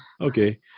Okay